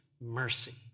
mercy